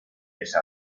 esa